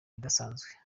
idasanzwe